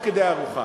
בבקשה.